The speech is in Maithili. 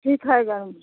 ठीक हय